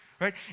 right